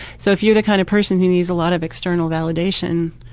so if you're the kind of person who needs a lot of external validation,